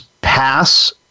Pass